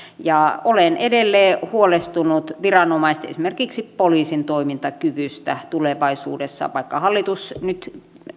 ja olen edelleen huolestunut viranomaisten esimerkiksi poliisin toimintakyvystä tulevaisuudessa vaikka hallitus nyt